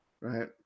Right